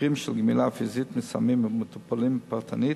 מקרים של גמילה פיזית מטופלים פרטנית.